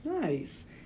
Nice